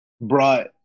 brought